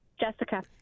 Jessica